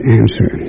answer